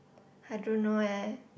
I don't know leh